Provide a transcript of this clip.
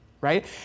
right